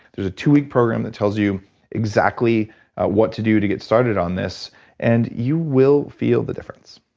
there's a two week program that tells you exactly what to do to get started on this and you will feel the difference.